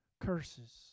curses